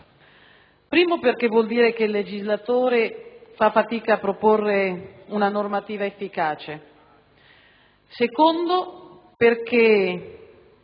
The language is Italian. luogo, perché vuol dire che il legislatore fa fatica a proporre una normativa efficace; in secondo